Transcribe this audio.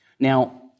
Now